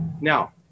Now